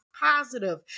positive